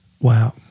Wow